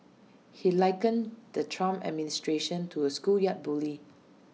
he likened the Trump administration to A schoolyard bully